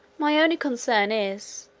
my only concern is,